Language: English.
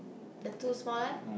the two small one